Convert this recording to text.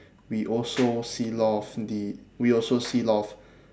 we also seal off the we also seal off